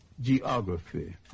geography